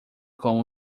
com